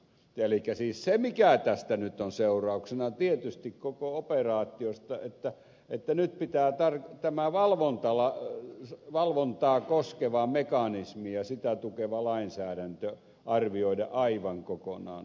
elikkä siis se mikä tästä nyt on seurauksena tietysti koko operaatiosta on että nyt pitää tämä valvontaa koskeva mekanismi ja sitä tukeva lainsäädäntö arvioida aivan kokonaan uudestaan